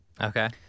Okay